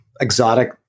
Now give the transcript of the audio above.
exotic